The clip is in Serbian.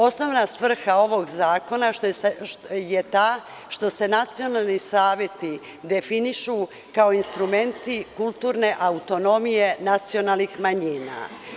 Osnovna svrha ovog zakona je ta što se nacionalni saveti definišu kao instrumenti kulturne autonomije nacionalnih manjina.